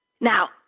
Now